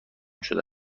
شده